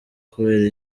kubera